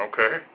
Okay